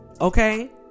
okay